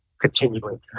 continuing